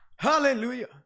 Hallelujah